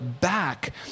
back